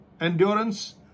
Endurance